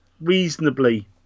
reasonably